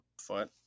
foot